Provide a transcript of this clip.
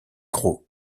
gros